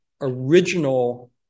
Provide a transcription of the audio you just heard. original